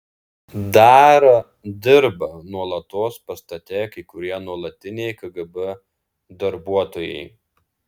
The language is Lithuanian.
dar dirba nuolatos pastate kai kurie nuolatiniai kgb darbuotojai